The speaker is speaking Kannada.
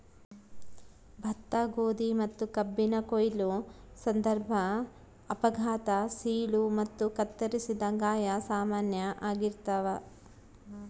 ಭತ್ತ ಗೋಧಿ ಮತ್ತುಕಬ್ಬಿನ ಕೊಯ್ಲು ಸಂದರ್ಭ ಅಪಘಾತ ಸೀಳು ಮತ್ತು ಕತ್ತರಿಸಿದ ಗಾಯ ಸಾಮಾನ್ಯ ಆಗಿರ್ತಾವ